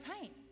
paint